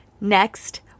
Next